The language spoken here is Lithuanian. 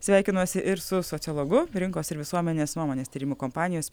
sveikinuosi ir su sociologu rinkos ir visuomenės nuomonės tyrimų kompanijos